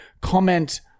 comment